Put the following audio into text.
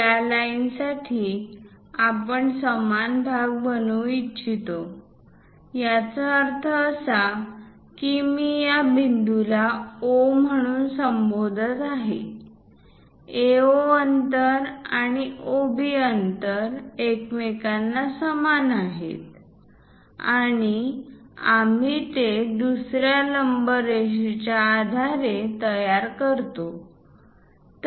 या लाइनसाठी आपण समान भाग बनवू इच्छितो याचा अर्थ असा की मी या बिंदूला O म्हणून संबोधत आहे AO अंतर आणि OB अंतर एकमेकांना समान आहेत आणि आम्ही ते दुसर्या लंब रेषेच्या आधारे तयार करतो